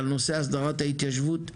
על נושא הסדרת ההתיישבות,